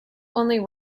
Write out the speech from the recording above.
only